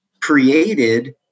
created